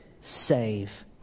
save